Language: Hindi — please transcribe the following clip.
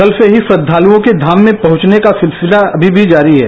कल से ही श्रधालुओं के धाम मे पहँचने का सिलसिला अभी भी जारी है